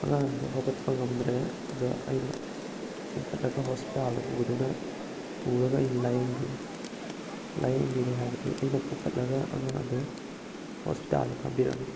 ꯑꯉꯥꯡ ꯑꯗꯣ ꯍꯧꯒꯠꯄ ꯉꯝꯗ꯭ꯔꯦ ꯑꯗꯨꯗ ꯑꯩꯅ ꯆꯤꯡꯈꯠꯂꯒ ꯍꯣꯁꯄꯤꯇꯥꯜꯗ ꯄꯨꯗꯨꯅ ꯄꯨꯔꯒ ꯑꯩ ꯂꯥꯏꯌꯦꯡꯕꯤꯔꯦ ꯂꯥꯏꯌꯦꯡꯕꯤꯔꯦ ꯍꯥꯏꯕꯗꯤ ꯑꯩꯅ ꯄꯨꯈꯠꯂꯒ ꯑꯉꯥꯡ ꯑꯗꯨ ꯍꯣꯁꯄꯤꯇꯥꯜꯗ ꯊꯝꯕꯤꯔꯝꯃꯦ